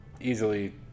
easily